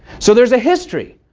so, there's a history.